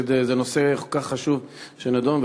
כי זה נושא מאוד חשוב לדון בו,